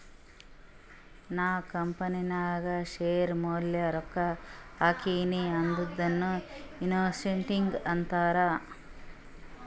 ನಾ ಕಂಪನಿನಾಗ್ ಶೇರ್ ಮ್ಯಾಲ ರೊಕ್ಕಾ ಹಾಕಿನಿ ಅದುನೂ ಇನ್ವೆಸ್ಟಿಂಗ್ ಅಂತಾರ್